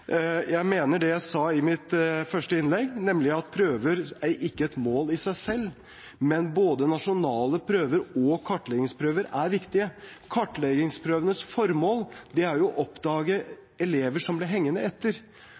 Jeg mener det jeg sa i mitt første innlegg, nemlig at prøver ikke er et mål i seg selv, men både nasjonale prøver og kartleggingsprøver er viktige. Kartleggingsprøvenes formål er jo å oppdage elever som blir hengende etter,